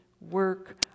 work